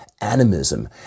animism